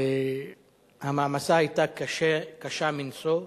המעמסה היתה קשה מנשוא,